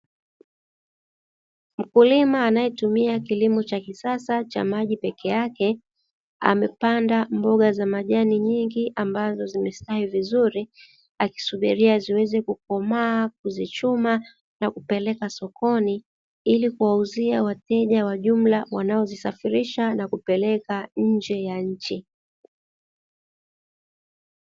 Mkulima anaetumia kilimo cha kisasa cha maji peke yake amepanda mboga za Majani nyingi, ambazo zimestawi vizuri akisubiria ziweze kukomaa, kuzichuma na kuzipeleka sokoni ili kuwauzia wateja wajumla wakisafurisha na kupeleka nje ya nchi .